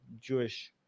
Jewish